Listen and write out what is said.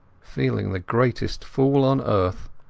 feeling the greatest fool on earth,